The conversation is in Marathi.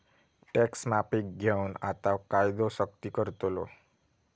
टॅक्स माफीक घेऊन आता कायदो सख्ती करतलो